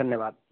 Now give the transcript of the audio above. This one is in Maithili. धन्यवाद